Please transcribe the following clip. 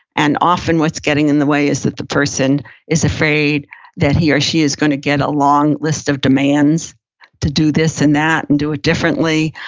and often what's getting in the way is that the person is afraid that he or she is gonna get a long list of demands to do this and that and do it differently,